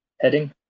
heading